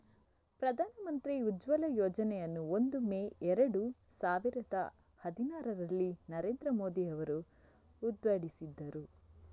ಪ್ರಧಾನ ಮಂತ್ರಿ ಉಜ್ವಲ ಯೋಜನೆಯನ್ನು ಒಂದು ಮೇ ಏರಡು ಸಾವಿರದ ಹದಿನಾರರಲ್ಲಿ ನರೇಂದ್ರ ಮೋದಿ ಅವರು ಉದ್ಘಾಟಿಸಿದರು